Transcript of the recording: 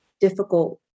difficult